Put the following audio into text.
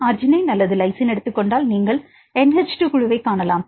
arginine அல்லது lysine எடுத்துக் கொண்டால் நீங்கள் NH 2 குழுவைக் காணலாம்